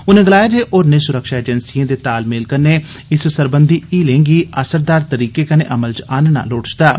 उनें गलाया जे होरनें सुरक्षा एजेंसिएं दे तालमेल कन्नै इस सरबंधी हीलें गी असरदार तरीके कन्नै अमल च आह्नना लोड़चदा ऐ